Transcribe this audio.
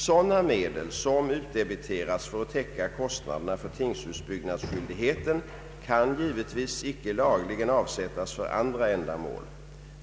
Sådana medel som utdebiterats för att täcka kostnaderna för tingshusbyggnadsskyldigheten kan givetvis icke lagligen avsättas för andra ändamål.